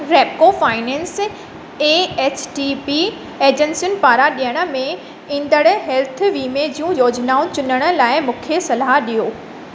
Repco finance A H D B एजेंसियुनि पारां ॾियण में ईंदड़ हेल्थ वीमे जूं योजनाऊं चुनण लाइ मूंखे सलाहु ॾियो